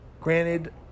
Granted